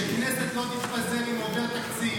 שכנסת לא תתפזר אם עובר תקציב,